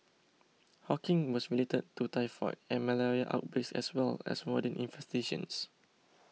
Hawking was related to typhoid and malaria outbreaks as well as rodent infestations